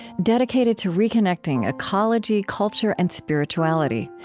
dedicated to reconnecting ecology, culture, and spirituality.